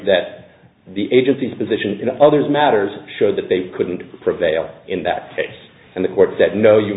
that the agencies position to others matters showed that they couldn't prevail in that case and the court said no you